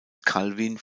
calvin